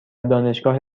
دانشگاه